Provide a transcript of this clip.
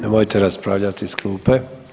Nemojte raspravljati iz klupe.